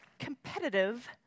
competitive